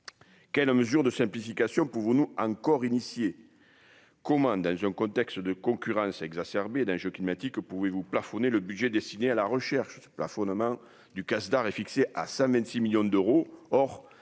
quelles mesure de simplification : Pouvons-nous encore initié comment dans un contexte de concurrence exacerbée d'enjeux climatiques que pouvez-vous plafonner le budget destiné à la recherche,